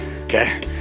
okay